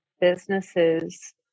businesses